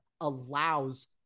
allows